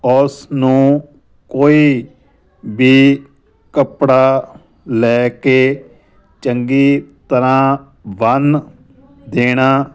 ਉਸ ਨੂੰ ਕੋਈ ਵੀ ਕੱਪੜਾ ਲੈ ਕੇ ਚੰਗੀ ਤਰ੍ਹਾਂ ਬੰਨ੍ਹ ਦੇਣਾ